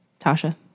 Tasha